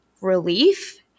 relief